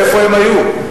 איפה הם היו?